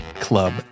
club